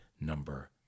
number